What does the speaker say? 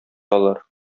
алар